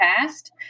past